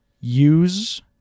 use